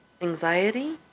anxiety